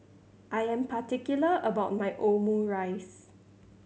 I am particular about my Omurice